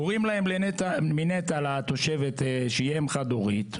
קוראים להם מנת"ע לתושבת שהיא אם חד הורית,